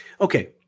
Okay